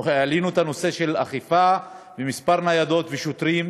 אנחנו העלינו את הנושא של האכיפה ומספר הניידות והשוטרים